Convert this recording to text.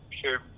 sure